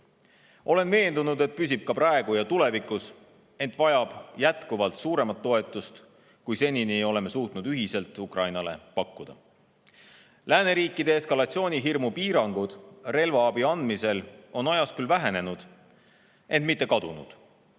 Olen veendunud, et ta püsib ka praegu ja tulevikus, ent vajab jätkuvalt suuremat toetust, kui me seni oleme suutnud ühiselt Ukrainale pakkuda. Lääneriikide eskalatsioonihirmust tulenenud piirangud relvaabi andmisel on ajas küll vähenenud, ent mitte kadunud.